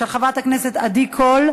הרווחה והבריאות נתקבלה.